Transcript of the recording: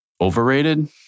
Overrated